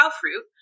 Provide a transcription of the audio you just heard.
fruit